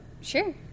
Sure